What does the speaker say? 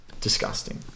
disgusting